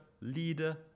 leader